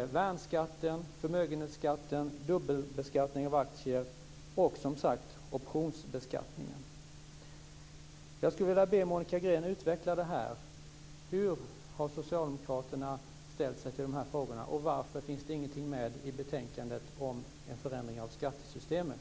vårt skattesystem, av värnskatten, av förmögenhetsskatten, av dubbelbeskattningen av aktier och, som sagt, av optionsbeskattningen. Jag skulle vilja att Monica Green utvecklade hur socialdemokraterna ställt sig till dessa frågor. Och varför finns det ingenting med i betänkandet om en förändring av skattesystemet?